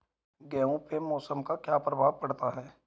गेहूँ पे मौसम का क्या प्रभाव पड़ता है?